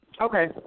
Okay